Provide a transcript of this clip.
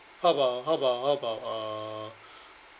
how about how about how about uh